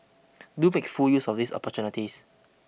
do make full use of these opportunities